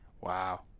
Wow